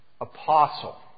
apostle